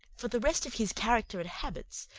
for the rest of his character and habits,